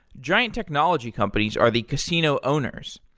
giant technology companies are the casino owners.